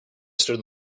stood